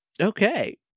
Okay